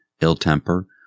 ill-temper